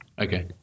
Okay